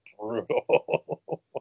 Brutal